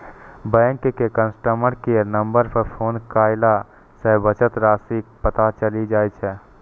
bank के customer care number पर phone कयला सं बचत राशिक पता चलि जाइ छै